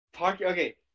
okay